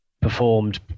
performed